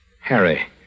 Harry